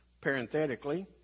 parenthetically